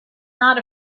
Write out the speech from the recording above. not